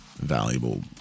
valuable